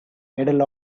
middle